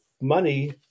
money